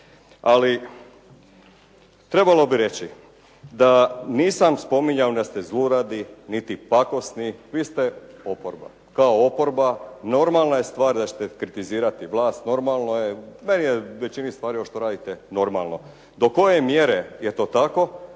Ali trebalo bi reći da nisam spominjao da ste zluradi, niti pakosni, vi ste oporba. Kao oporba normalna je stvar da ćete kritizirati vlast, normalno je. Meni je većina stvari što radite normalno. Do koje mjere je to tako?